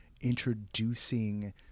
introducing